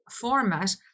format